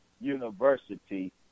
University